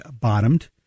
bottomed